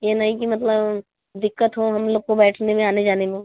ये नहीं कि मतलब दिक्कत हो हम लोग को बैठाने में आने जाने में